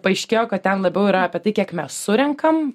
paaiškėjo kad ten labiau yra apie tai kiek mes surenkam